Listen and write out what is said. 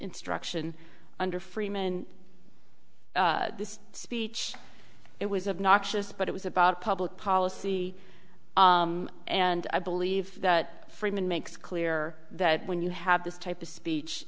instruction under freeman this speech it was of noxious but it was about public policy and i believe that friedman makes clear that when you have this type of speech